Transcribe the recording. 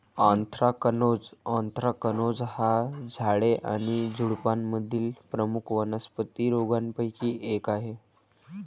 anthracnose anthracnose हा झाडे आणि झुडुपांमधील प्रमुख वनस्पती रोगांपैकी एक आहे